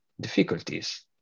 difficulties